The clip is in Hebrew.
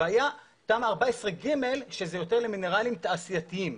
והיה תמ"א 14/ג שזה יותר למינרלים תעשייתיים.